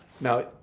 Now